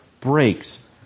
breaks